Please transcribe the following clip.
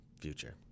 future